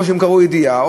או קראו ידיעה,